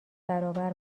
برابر